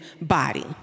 body